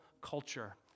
culture